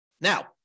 Now